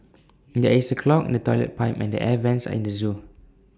there is A clog in the Toilet Pipe and the air Vents at the Zoo